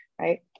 right